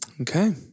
Okay